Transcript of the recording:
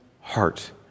heart